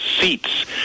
seats